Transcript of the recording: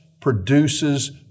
produces